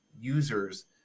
users